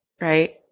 Right